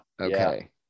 Okay